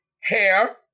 hair